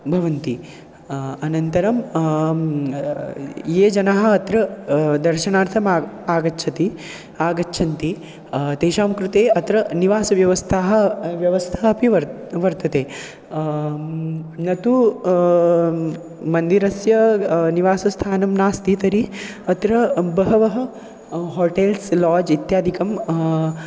भवन्ति अनन्तरं ये जनः अत्र दर्शनार्थम् आग् आगच्छति आगच्छन्ति तेषां कृते अत्र निवासव्यवस्थाः व्यवस्था अपि वर् वर्तते न तु मन्दिरस्य निवासस्थानं नास्ति तर्हि अत्र बहवः होटेल्स् लोज् इत्यादिकं